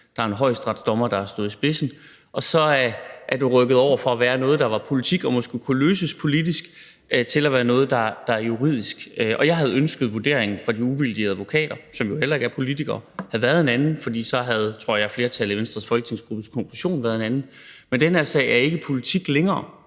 der er en højesteretsdommer, der har stået i spidsen, og så er det fra at være noget, der var politik, og som måske kunne løses politisk, rykket over til at være noget, der er juridisk. Jeg havde ønsket, at vurderingen fra de uvildige advokater, som jo heller ikke er politikere, havde været en anden, for så havde, tror jeg, flertallet i Venstres folketingsgruppes konklusion været en anden. Men den her sag er ikke politik længere.